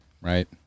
right